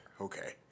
okay